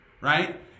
right